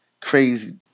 Crazy